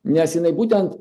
nes jinai būtent